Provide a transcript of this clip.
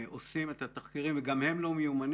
עושים את התחקירים וגם הם לא מיומנים,